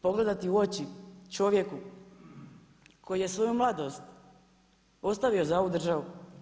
Pogledati u oči čovjeku koji je svoju mladost ostavio za ovu državu.